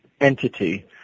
entity